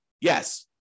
Yes